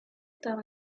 par